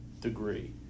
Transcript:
degree